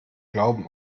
glauben